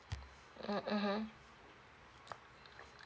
mm mmhmm